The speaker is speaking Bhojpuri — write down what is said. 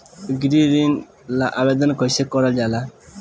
गृह ऋण ला आवेदन कईसे करल जाला?